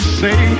say